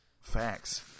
facts